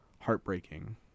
heartbreaking